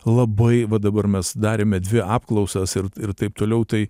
labai va dabar mes darėme dvi apklausas ir ir taip toliau tai